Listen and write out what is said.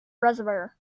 reservoir